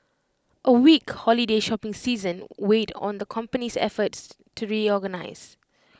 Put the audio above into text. A weak holiday shopping season weighed on the company's efforts to reorganise